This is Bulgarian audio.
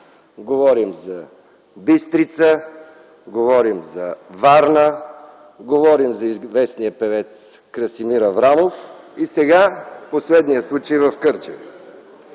Говорим за Бистрица, говорим за Варна, говорим за известния певец Красимир Аврамов и сега, последният случай – в Кърджали.